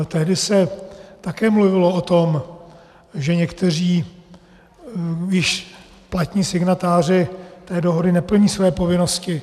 Tehdy se také mluvilo o tom, že někteří již platní signatáři té dohody neplní své povinnosti.